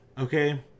okay